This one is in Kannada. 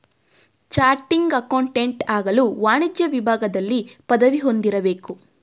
ಚಾಟಿಂಗ್ ಅಕೌಂಟೆಂಟ್ ಆಗಲು ವಾಣಿಜ್ಯ ವಿಭಾಗದಲ್ಲಿ ಪದವಿ ಹೊಂದಿರಬೇಕು